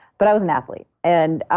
but i was an athlete, and ah